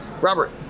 Robert